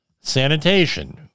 Sanitation